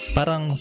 parang